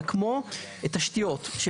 כמו תשתיות.